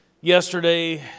yesterday